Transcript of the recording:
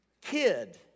kid